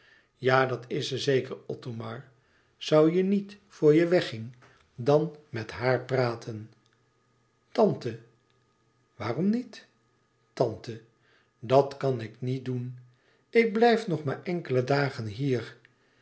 ja dat is ze zeker othomar zoû je niet voor je wegging dan met haar praten tante waarom niet tante dàt kan ik niet doen ik blijf nog maar enkele dagen hier